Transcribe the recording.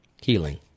healing